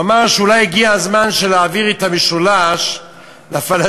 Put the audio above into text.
הוא אמר שאולי הגיע הזמן להעביר את המשולש לפלסטינים.